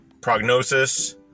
prognosis